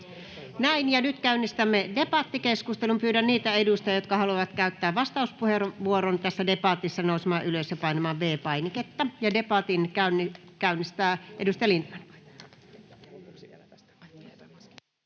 Näin. Ja nyt käynnistämme debattikeskustelun. Pyydän niitä edustajia, jotka haluavat käyttää vastauspuheenvuoron tässä debatissa, nousemaan ylös ja painamaan V-painiketta. — Debatin käynnistää edustaja Lindtman.